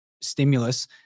stimulus